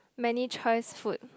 many choice food